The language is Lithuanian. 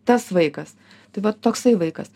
tas vaikas tai va toksai vaikas